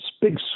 big